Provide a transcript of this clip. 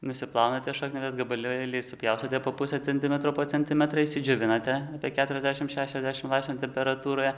nusiplaunate šakneles gabalėliais supjaustote po pusę centimetro po centimetrą išsidžiovinate apie keturiasdešim šešiasdešim laipsnių temperatūroje